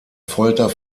folter